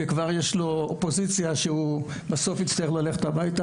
וכבר יש לו אופוזיציה שהוא בסוף יצטרך ללכת הביתה.